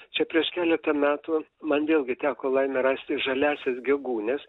čia prieš keletą metų man vėlgi teko laimė rasti žaliąsias gegūnes